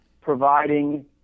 providing